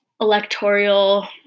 electoral